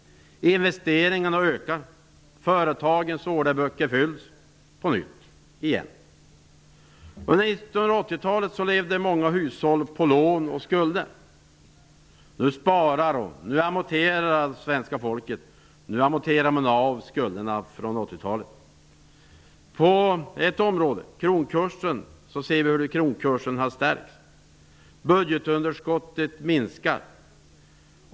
Investeringarna ökar. Företagens orderböcker fylls på nytt. Under 1980-talet levde många hushåll på lån och skulder. Nu sparar svenska folket, och de amorterar av skulderna från 1980-talet. Vi kan se att kronkursen har stärkts. Budgetunderskottet minskar.